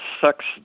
sucks